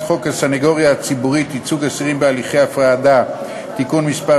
חוק הסנגוריה הציבורית (ייצוג אסירים בהליכי הפרדה) (תיקון מס'